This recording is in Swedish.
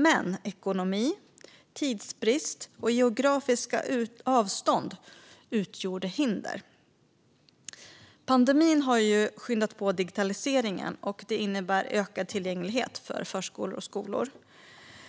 Men ekonomi, tidsbrist och geografiska avstånd utgör hinder. Pandemin har skyndat på digitaliseringen, och det innebär ökad tillgänglighet för förskolor och skolor.